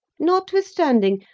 notwithstanding,